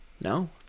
No